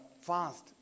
fast